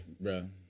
Bro